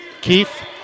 Keith